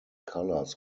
colors